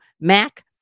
Mac